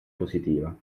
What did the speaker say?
positiva